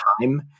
time